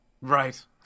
Right